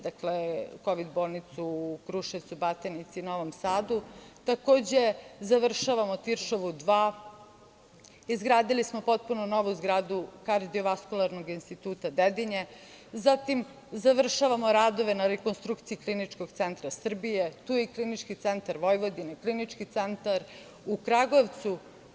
Dakle, kovid bolnicu u Kruševcu, Batajnicu i Novom Sadu, takođe završavamo Tiršovu 2, izgradili smo potpuno novo zgradu kardiovaskularnog instituta Dedinje, zatim završavamo radove na rekonstrukciji Kliničnog centra Srbije, tu je i Klinički centar Vojvodine, Klinički centar u Kragujevcu.